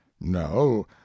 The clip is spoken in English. No